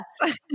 Yes